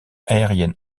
aérienne